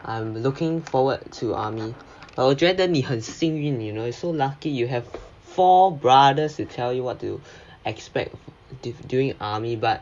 I'm looking forward to army 我觉得你很幸运 you know so lucky you have four brothers to tell you what to expect during army but